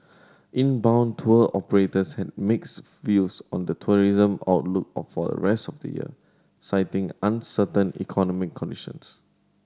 inbound tour operators had mixed views on the tourism outlook or for the rest of the year citing uncertain economic conditions